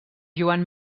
joan